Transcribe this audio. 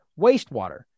wastewater